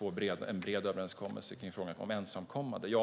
ha en bred överenskommelse i frågan om ensamkommande.